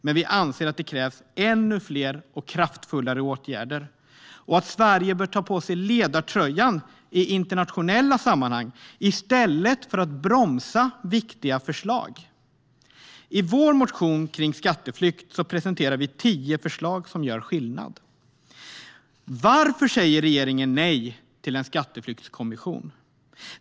Men vi anser att det krävs fler och kraftfullare åtgärder, och Sverige bör ta på sig en ledartröja i internationella sammanhang i stället för att bromsa viktiga förslag. I vår motion om skatteflykt presenterar vi tio förslag som gör skillnad. Varför säger regeringen nej till en skatteflyktskommission?